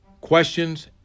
questions